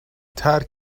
ترک